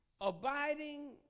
abiding